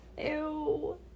Ew